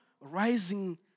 rising